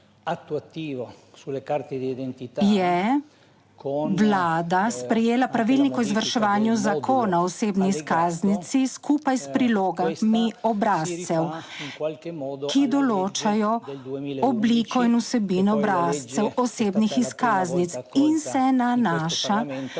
je Vlada sprejela Pravilnik o izvrševanju zakona o osebni izkaznici skupaj s prilogami obrazcev, ki določajo obliko in vsebino obrazcev osebnih izkaznic in se nanaša